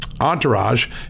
entourage